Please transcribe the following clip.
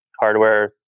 hardware